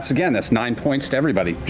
again, that's nine points to everybody.